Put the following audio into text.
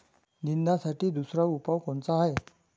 निंदनासाठी दुसरा उपाव कोनचा हाये?